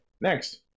next